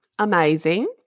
Amazing